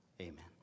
Amen